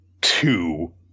two